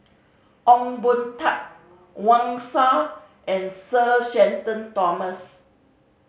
Ong Boon Tat Wang Sha and Sir Shenton Thomas